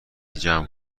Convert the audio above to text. جمع